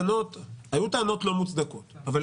היו טענות לא מוצדקות, אבל